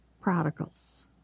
prodigals